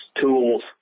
tools